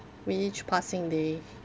with each passing day